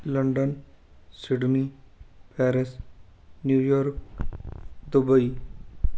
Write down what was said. London Sydney Paris New York Dubai